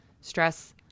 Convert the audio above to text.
Stress